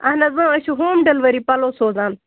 اہن حَظ اۭں أسۍ چھِ ہوم ڈیلِوری پلو سوٗزان